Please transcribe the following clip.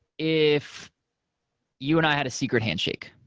if you and i had a secret handshake